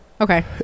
Okay